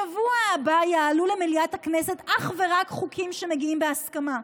בשבוע הבא יעלו למליאת הכנסת אך ורק חוקים שמגיעים בהסכמה,